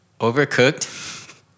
overcooked